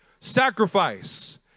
Sacrifice